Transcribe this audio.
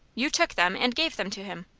you took them, and gave them to him?